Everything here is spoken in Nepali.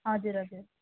हजुर हजुर